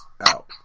out